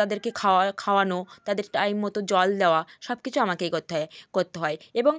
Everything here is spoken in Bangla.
তাদেরকে খাওয়া খাওয়ানো তাদের টাইম মতো জল দেওয়া সব কিছু আমাকেই করতে হয় করতে হয় এবং